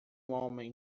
homem